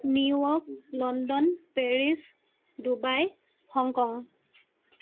New York London Paris Dubai Hong Kong